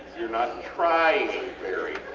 youre not trying very